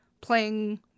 playing